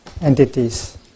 entities